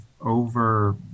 over